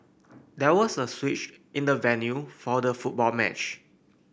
there was a switch in the venue for the football match